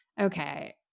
Okay